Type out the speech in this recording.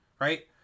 right